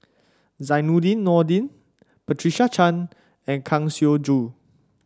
Zainudin Nordin Patricia Chan and Kang Siong Joo